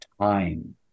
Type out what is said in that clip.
time